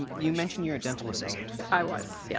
and you mentioned you're a dental assistant. i was. yeah